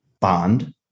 Bond